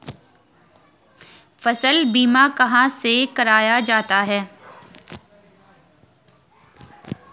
फसल बीमा कहाँ से कराया जाता है?